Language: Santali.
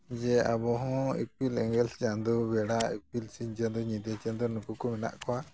ᱡᱮ ᱟᱵᱚ ᱦᱚᱸ ᱤᱯᱤᱞ ᱮᱸᱜᱮᱞ ᱪᱟᱸᱫᱚ ᱵᱮᱲᱟ ᱤᱯᱤᱞ ᱥᱤᱧ ᱪᱟᱸᱫᱚ ᱧᱤᱫᱟᱹ ᱪᱟᱸᱫᱚ ᱱᱩᱠᱩ ᱠᱚ ᱢᱮᱱᱟᱜ ᱠᱚᱣᱟ